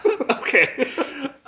Okay